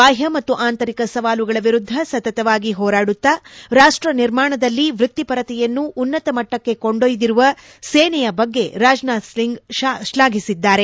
ಬಾಹ್ನ ಮತ್ತು ಆಂತರಿಕ ಸವಾಲುಗಳ ವಿರುದ್ದ ಸತತವಾಗಿ ಹೋರಾಡುತ್ತ ರಾಷ್ವ ನಿರ್ಮಾಣದಲ್ಲಿ ವೃತ್ತಿಪರತೆಯನ್ನು ಉನ್ನತ ಮಟ್ಟಕ್ಕೆ ಕೊಂಡೊಯ್ದರುವ ಸೇನೆಯ ಬಗ್ಗೆ ರಾಜನಾಥ್ ಸಿಂಗ್ ಶ್ಲಾಘಿಸಿದ್ದಾರೆ